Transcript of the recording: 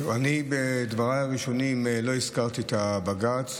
בדבריי הראשונים לא הזכרתי את בג"ץ,